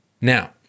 Now